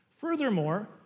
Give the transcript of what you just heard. Furthermore